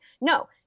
No